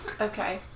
Okay